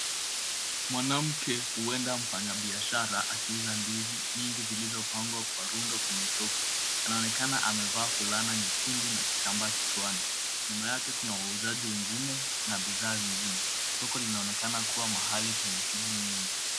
Mwanamke huenda mfanyibiashara akiuza ndizi nyingi zilizopangwa kwa rundo kwenye soko. Anaonekana amevaa fulana nyekundu na kitambaa kichwani. Nyuma yake kuna wauzaji wengine na bidhaa zingine. Soko linaonekana kuwa pahali penye shughuli nyingi.